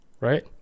right